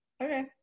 Okay